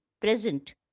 present